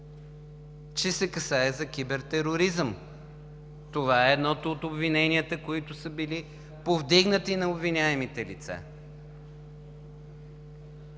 че се касае за кибертероризъм. Това е едно от обвиненията, които са били повдигнати на обвиняемите лица.